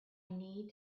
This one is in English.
need